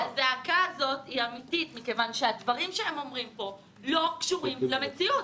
הזעקה הזאת היא אמיתית מכיוון שהדברים שהם אומרים פה לא קשורים למציאות.